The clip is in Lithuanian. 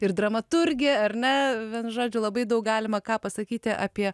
ir dramaturgija ar ne vienu žodžiu labai daug galima ką pasakyti apie